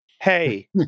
hey